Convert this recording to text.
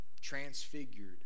transfigured